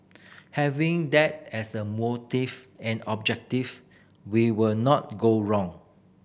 having that as a motive and objective we will not go wrong